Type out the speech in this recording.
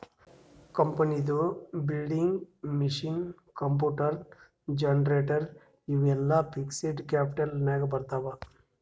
ಕಂಪನಿದು building, machine, computer, generator ಇವು ಎಲ್ಲಾ ಫಿಕ್ಸಡ್ ಕ್ಯಾಪಿಟಲ್ ನಾಗ್ ಬರ್ತಾವ್